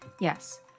Yes